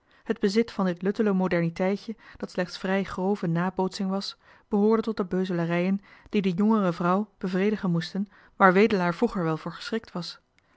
t bezit van dit luttele moderniteitje dat slechts vrij grove nabootsing was behoorde tot de beuzelarijen die de jongerevrouw bevredigen moesten waar wedelaar vroeger wel voor geschrikt was